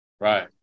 Right